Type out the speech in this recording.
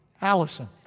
Allison